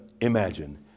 imagine